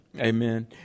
Amen